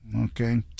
Okay